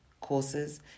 courses